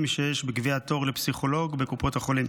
שיש בקביעת תור לפסיכולוג בקופות החולים.